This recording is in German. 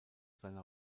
seiner